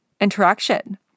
interaction